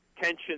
tension